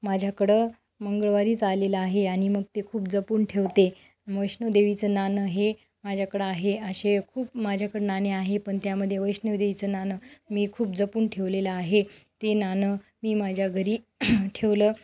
माझ्याकडे मंगळवारीच आलेलं आहे आणि मग ते खूप जपून ठेवते वैष्णोदेवीचे नाणं हे माझ्याकडे आहे असे खूप माझ्याकडे नाणे आहे पण त्यामध्येे वैष्णोदेवीचे नाणं मी खूप जपून ठेवलेले आहे ते नाणं मी माझ्या घरी ठेवले